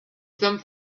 some